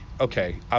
okay